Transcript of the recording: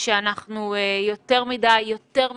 שאנחנו יותר מדי, יותר מדי,